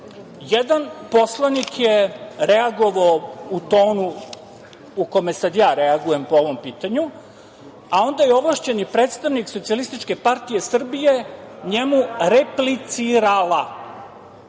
Jedan poslanik je reagovao u tonu u kome sada reagujem po ovom pitanju, a onda je ovlašćeni predstavnik SPS njemu replicirala.